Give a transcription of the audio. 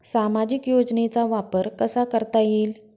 सामाजिक योजनेचा वापर कसा करता येईल?